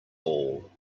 all